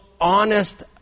honest